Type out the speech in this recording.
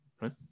right